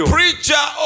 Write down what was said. preacher